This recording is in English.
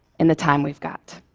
in the time we've got.